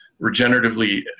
regeneratively